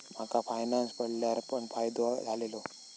माका फायनांस पडल्यार पण फायदो झालेलो